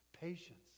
Patience